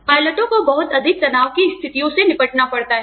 पायलटों को बहुत अधिक तनाव की स्थितियों से निपटना पड़ता है